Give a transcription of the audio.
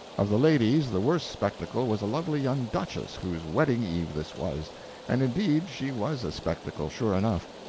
of the ladies, the worst spectacle was a lovely young duchess, whose wedding-eve this was and indeed she was a spectacle, sure enough.